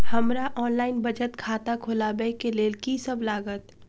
हमरा ऑनलाइन बचत खाता खोलाबै केँ लेल की सब लागत?